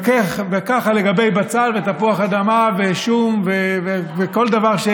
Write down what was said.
וככה לגבי בצל ותפוח אדמה ושום וכל דבר.